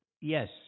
Yes